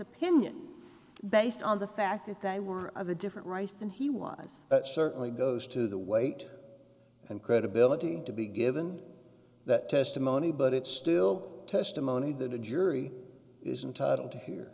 opinion based on the fact that they were of a different race than he was certainly goes to the weight and credibility to be given that testimony but it's still testimony that a jury is entitle to he